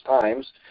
times